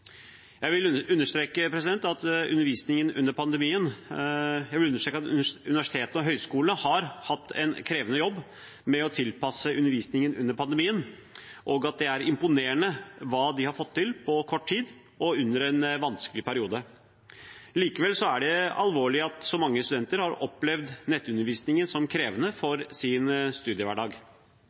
Jeg vil understreke at universitetene og høyskolene har hatt en krevende jobb med å tilpasse undervisningen under pandemien, og at det er imponerende hva de har fått til på kort tid og under en vanskelig periode. Likevel er det alvorlig at så mange studenter har opplevd nettundervisningen som krevende for sin studiehverdag.